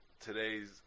today's